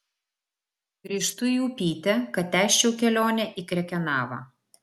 grįžtu į upytę kad tęsčiau kelionę į krekenavą